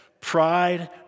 pride